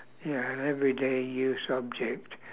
ya an everyday use object